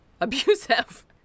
abusive